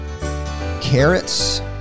carrots